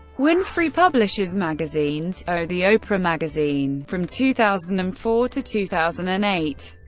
winfrey publishes magazines o, the oprah magazine from two thousand and four to two thousand and eight,